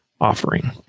offering